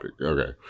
okay